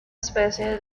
especie